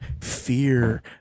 fear